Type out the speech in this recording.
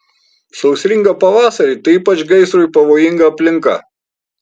sausringą pavasarį tai ypač gaisrui pavojinga aplinka